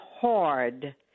hard